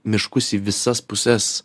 miškus į visas puses